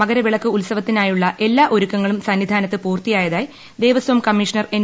മകരവിളക്ക് ഉത്സവത്തിനായുള്ള എല്ലാ ഒരുക്കങ്ങളും സന്നിധാനത്ത് പൂർത്തിയായതായി ദേവസ്വം കമ്മീഷണർ എൻ